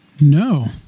No